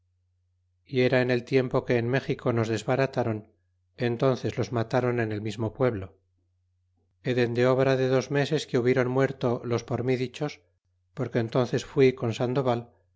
y era en el tiempo que en méxico nos desbarataron entónces los matron en el mismo pueblo dende obra de dos meses que hubieron muerto los por mí dichos porque entnces fui con sandoval